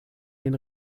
den